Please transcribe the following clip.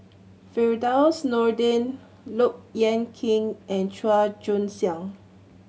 Firdaus Nordin Look Yan Kit and Chua Joon Siang